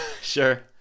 sure